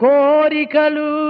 Korikalu